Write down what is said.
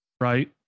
right